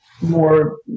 more